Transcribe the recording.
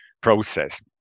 process